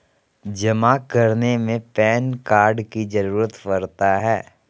जमा करने में पैन कार्ड की जरूरत पड़ता है?